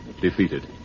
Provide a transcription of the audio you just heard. defeated